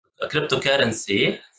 cryptocurrency